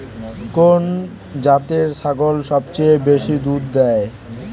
কোন জাতের ছাগল সবচেয়ে বেশি দুধ দেয়?